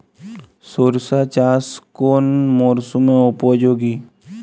সরিষা চাষ কোন মরশুমে উপযোগী?